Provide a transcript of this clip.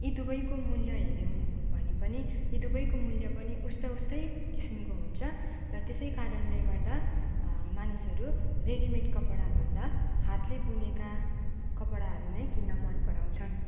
यी दुवैको मूल्य हेर्यौँ भने पनि या दुवैको मूल्य पनि उस्ता उस्तै किसिमको हुन्छ र त्यसै कारणले गर्दा मानिसहरू रेडी मेड कपडा भन्दा हातले बुनेका कपडाहरू नै किन्न मन पराउँछन्